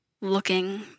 looking